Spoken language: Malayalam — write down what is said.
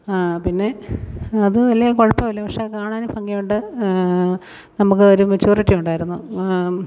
പിന്നെ അതു വലിയ കുഴപ്പമില്ല പക്ഷെ കാണാനും ഭംഗിയുണ്ട് നമുക്ക് ഒരു മെച്യൂരിറ്റി ഉണ്ടായിരുന്നു